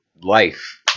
life